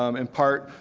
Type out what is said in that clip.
um in part,